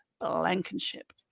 Blankenship